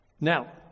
Now